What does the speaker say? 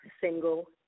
single